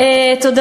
אדוני היושב-ראש,